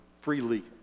freely